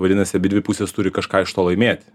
vadinasi abidvi pusės turi kažką iš to laimėti